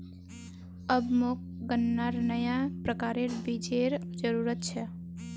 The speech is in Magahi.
अब मोक गन्नार नया प्रकारेर बीजेर जरूरत छ